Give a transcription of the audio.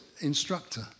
instructor